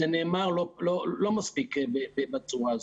זה נאמר לא מספיק בצורה הזו.